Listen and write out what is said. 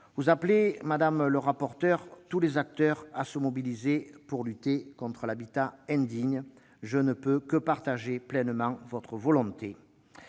louer. Madame le rapporteur, vous appelez tous les acteurs à se mobiliser pour lutter contre l'habitat indigne. Je ne peux que partager pleinement cette volonté.